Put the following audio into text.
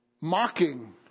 mocking